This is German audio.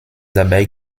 dabei